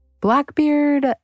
Blackbeard